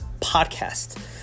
podcast